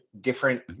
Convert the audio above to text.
different